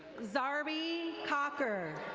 zarby cocker.